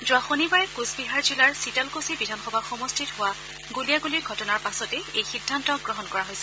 যোৱা শনিবাৰে কোচবিহাৰ জিলাৰ চিতালকুছি বিধানসভা সমষ্টিত হোৱা গুলীয়াগুলিৰ ঘটনাৰ পাছতে এই সিদ্ধান্ত গ্ৰহণ কৰা হৈছে